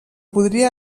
podia